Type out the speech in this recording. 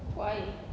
why